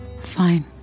Fine